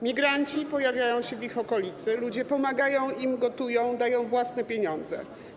Migranci pojawiają się w ich okolicy, ludzie pomagają im, gotują, dają własne pieniądze.